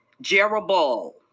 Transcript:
Jeroboam